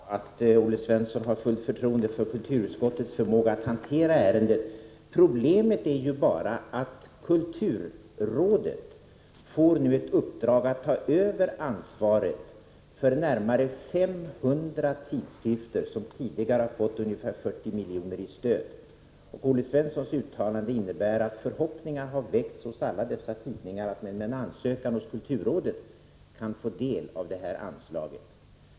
Herr talman! Det är bra att Olle Svensson har fullt förtroende för kulturutskottets förmåga att hantera ärendet. Problemet är bara att kulturrådet nu får ett uppdrag att ta över ansvaret för närmare 500 tidskrifter som tidigare har fått ungefär 40 miljoner i stöd. Olle Svenssons uttalande innebär att förhoppningar har väckts hos alla dessa tidningar om att de med en ansökan hos kulturrådet kan få del av detta anslag.